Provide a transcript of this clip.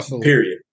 Period